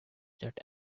that